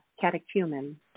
catechumen